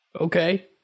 okay